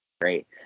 Great